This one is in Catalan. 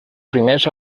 primers